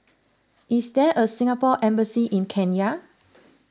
is there a Singapore Embassy in Kenya